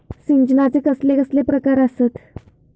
सिंचनाचे कसले कसले प्रकार आसत?